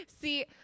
See